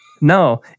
No